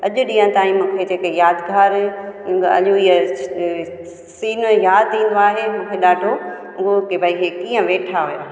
अॼु ॾींहुं ताईं मूंखे जेके यादगारु आहिनि ॻाल्हियूं हीउ सीन यादि ईंदो आहे मूंखे ॾाढो उहो की भाई हे कीअं वेठा हुया